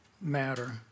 matter